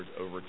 over